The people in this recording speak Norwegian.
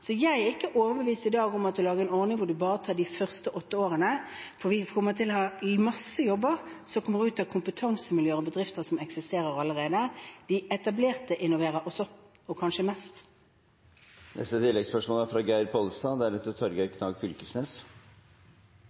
så jeg er ikke overbevist i dag om at vi skal lage en ordning hvor en bare tar de første åtte årene, for vi kommer til å ha masse jobber som kommer ut av kompetansemiljøer og bedrifter som eksisterer allerede. De etablerte innoverer også – og kanskje mest. Geir Pollestad – til neste